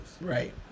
Right